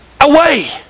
away